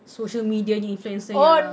social media punya influencer ya